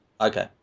Okay